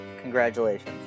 congratulations